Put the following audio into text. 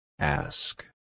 Ask